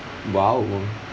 !wow!